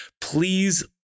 please